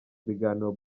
ibiganiro